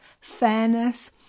fairness